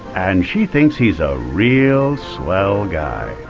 and she thinks he's a real swell guy.